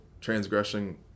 transgressing